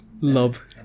love